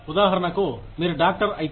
ఉదాహరణకు మీరు డాక్టర్ అయితే